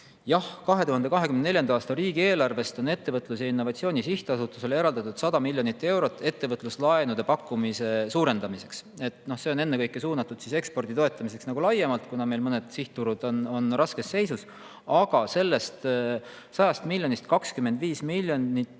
Jah, 2024. aasta riigieelarvest on Ettevõtluse ja Innovatsiooni Sihtasutusele eraldatud 100 miljonit eurot ettevõtluslaenude pakkumise suurendamiseks. See on ennekõike suunatud ekspordi toetamiseks laiemalt, kuna meil mõned sihtturud on raskes seisus, aga sellest 100 miljonist 25 miljonit